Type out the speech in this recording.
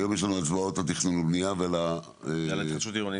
היום יש לנו הצבעות על תכנון ובנייה ועל --- על התחדשות עירונית.